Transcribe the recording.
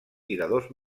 tiradors